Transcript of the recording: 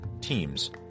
teams